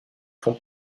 font